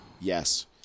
Yes